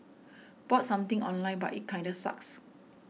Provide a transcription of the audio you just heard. bought something online but it kinda sucks